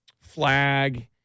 flag